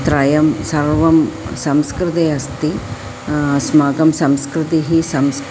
त्रयं सर्वं संस्कृते अस्ति अस्माकं संस्कृतिः संस्